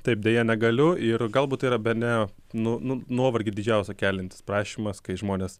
taip deja negaliu ir galbūt tai yra bene nu nu nuovargį didžiausią keliantis prašymas kai žmonės